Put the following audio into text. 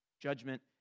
Judgment